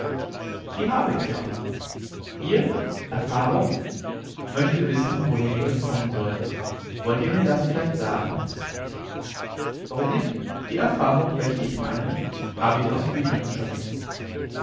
die habe ich ja ihr erfahrung möchte wissen woher die euch kommen sollte wollt ihr mir das vielleicht sagen warum nicht die erfahrung welche ich meine habe ich aus büchern geschöpft